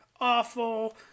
awful